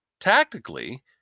Tactically